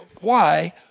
Why